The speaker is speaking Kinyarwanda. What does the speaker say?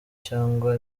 cyangwa